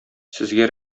сезгә